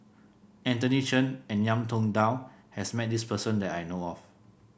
Anthony Chen and Ngiam Tong Dow has met this person that I know of